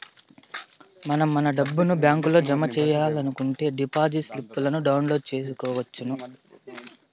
మనం మన డబ్బుని బ్యాంకులో జమ సెయ్యాలనుకుంటే డిపాజిట్ స్లిప్పులను డౌన్లోడ్ చేసుకొనవచ్చును